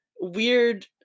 weird